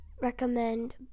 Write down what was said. recommend